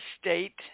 state